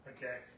Okay